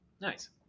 nice